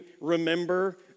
remember